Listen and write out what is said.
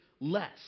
less